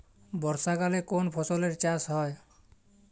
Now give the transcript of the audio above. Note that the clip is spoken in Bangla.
বর্ষাকালে কোন ফসলের চাষ হয়?